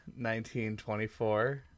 1924